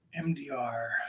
MDR